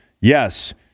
Yes